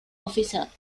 އޮފިސަރ